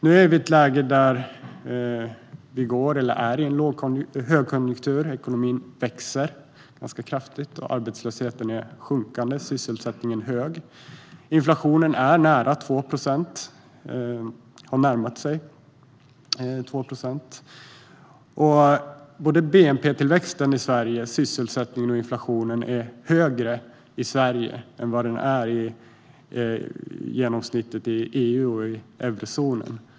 Nu är vi ett läge där vi går mot eller är i en högkonjunktur; ekonomin växer ganska kraftigt, arbetslösheten är sjunkande och sysselsättningen hög. Inflationen har närmat sig 2 procent, och såväl bnp-tillväxten som sysselsättningen och inflationen i Sverige är högre än genomsnittet i EU och eurozonen.